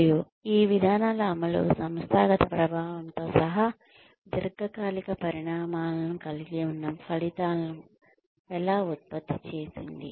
మరియు ఈ విధానాల అమలు సంస్థాగత ప్రభావంతో సహా దీర్ఘకాలిక పరిణామాలను కలిగి ఉన్న ఫలితాలను ఎలా ఉత్పత్తి చేసింది